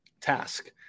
task